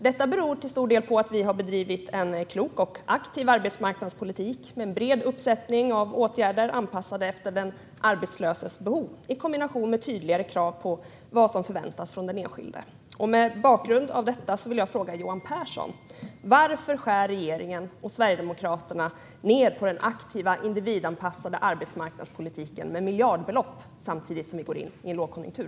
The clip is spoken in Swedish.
Detta beror till stor del på att vi har bedrivit en klok och aktiv arbetsmarknadspolitik med en bred uppsättning av åtgärder anpassade efter den arbetslöses behov, i kombination med tydligare krav på vad som förväntas från den enskilde. Mot bakgrund av detta vill jag fråga Johan Pehrson: Varför skär regeringen och Sverigedemokraterna ned den aktiva individanpassade arbetsmarknadspolitiken med miljardbelopp samtidigt som vi går in i en lågkonjunktur?